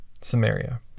Samaria